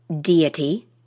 deity